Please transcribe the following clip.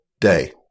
day